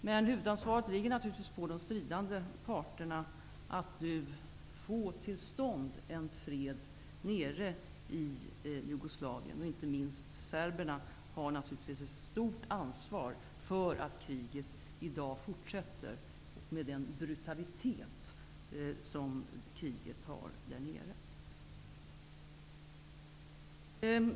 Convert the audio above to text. Men huvudansvaret ligger naturligtvis på de stridande parterna när det gäller att nu få till stånd en fred i Jugoslavien. Inte minst serberna har ett stort ansvar för att kriget i dag fortsätter med den brutalitet som kriget har.